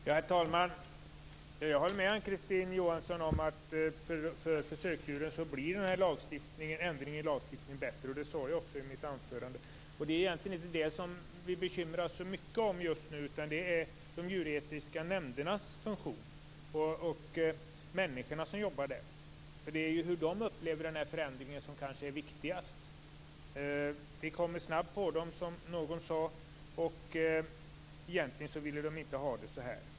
Herr talman! Jag håller med Ann-Kristine Johansson om att ändringen i lagstiftningen gör att det blir bättre för försöksdjuren, och det sade jag också i mitt anförande. Det är egentligen inte det som vi bekymrar oss så mycket över just nu, utan vi är bekymrade över de djurförsöksetiska nämndernas funktion och människorna som jobbar där. Det är ju hur de upplever den här förändringen som kanske är det viktigaste. Den kommer snabbt på dem, som någon sade, och egentligen ville de inte ha det så här.